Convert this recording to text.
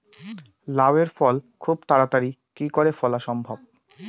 লাউ এর ফল খুব তাড়াতাড়ি কি করে ফলা সম্ভব?